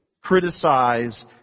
criticize